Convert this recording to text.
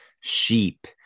sheep